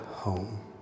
home